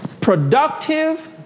productive